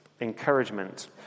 encouragement